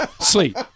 sleep